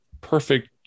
Perfect